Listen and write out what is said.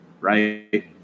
right